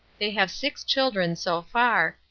they have six children, so far,